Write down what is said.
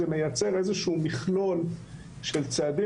זה מייצר איזשהו מכלול של צעדים,